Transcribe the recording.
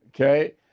Okay